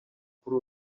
kuri